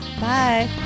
Bye